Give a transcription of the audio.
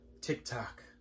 TikTok